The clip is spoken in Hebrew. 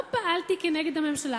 לא פעלתי כנגד הממשלה.